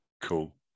Cool